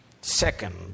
Second